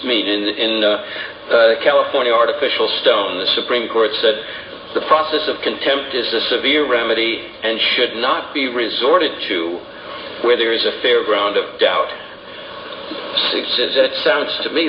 mean in california artificial stone the supreme court says the process of contempt is a severe remedy and should not be resorted to where there is a fear ground of doubt he says it sounds to me